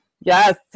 yes